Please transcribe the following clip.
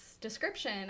description